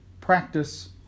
Practice